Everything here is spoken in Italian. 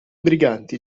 briganti